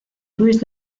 luis